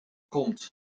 komt